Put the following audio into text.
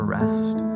rest